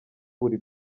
buri